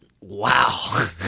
Wow